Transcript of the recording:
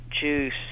juice